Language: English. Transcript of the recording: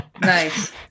Nice